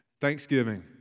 Thanksgiving